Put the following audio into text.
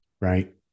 Right